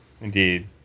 Indeed